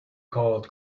called